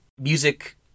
Music